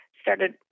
started